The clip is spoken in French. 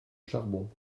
charbon